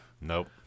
Nope